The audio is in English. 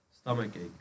Stomachache